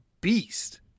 beast